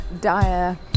dire